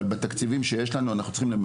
אבל אני חושב שאנחנו צריכים לראות איך אנחנו